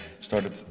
started